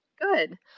Good